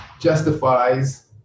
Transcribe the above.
justifies